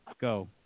Go